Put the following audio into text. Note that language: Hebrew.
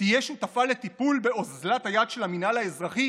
תהיה שותפה לטיפול באוזלת היד של המינהל האזרחי